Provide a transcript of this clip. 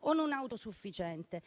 o non autosufficiente.